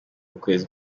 ukwezi